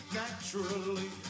naturally